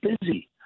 busy